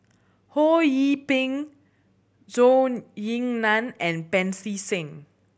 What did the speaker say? Ho Yee Ping Zhou Ying Nan and Pancy Seng